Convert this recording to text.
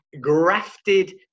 grafted